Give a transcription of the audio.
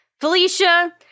Felicia